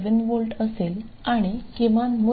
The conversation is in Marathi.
7V असेल आणि किमान मूल्य 4